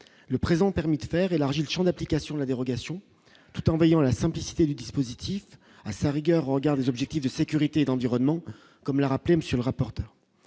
le présent permis de faire élargit le Champ d'application la dérogation, tout en veillant la simplicité du dispositif à sa rigueur au regard des objectifs de sécurité et d'environnement, comme l'a rappelé monsieur le rapporteur,